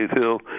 Hill